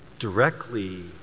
directly